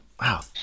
Wow